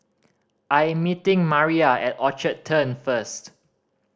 I am meeting Maira at Orchard Turn first